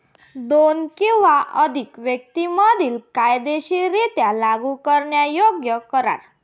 दोन किंवा अधिक व्यक्तीं मधील कायदेशीररित्या लागू करण्यायोग्य करार